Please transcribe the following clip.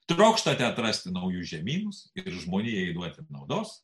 trokštate atrasti naujus žemynus ir žmonijai duoti naudos